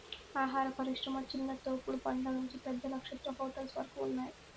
ఆహార పరిశ్రమ చిన్న తోపుడు బండ్ల నుంచి పెద్ద నక్షత్ర హోటల్స్ వరకు ఉన్నాయ్